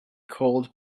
cold